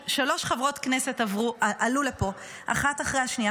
שלוש חברות כנסת עלו לפה אחת אחרי השנייה,